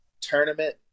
tournament